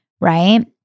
right